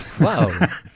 Wow